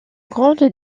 grande